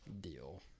deal